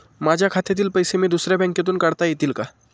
माझ्या खात्यातील पैसे मी दुसऱ्या बँकेतून काढता येतील का?